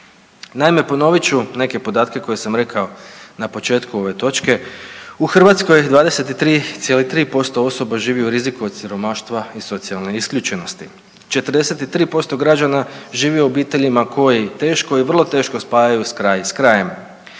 Naime, ponovit ću neke podatke koje sam rekao na početku ove točke u Hrvatskoj je 23,3% osoba živi u riziku od siromaštva i socijalne isključenosti, 43% građana žive u obiteljima koji teško i vrlo teško spajaju kraj